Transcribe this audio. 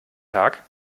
tag